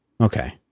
Okay